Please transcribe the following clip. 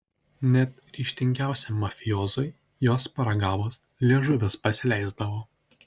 net ryžtingiausiam mafiozui jos paragavus liežuvis pasileisdavo